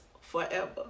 forever